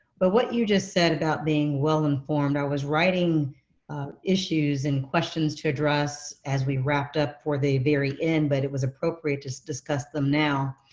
but what you just said about being well informed, i was writing issues and questions to address as we wrapped up for the very end, but it was appropriate to discuss them now.